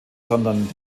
sondern